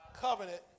covenant